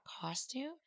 costume